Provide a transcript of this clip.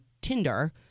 Tinder